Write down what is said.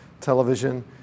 television